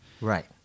right